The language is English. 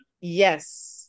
Yes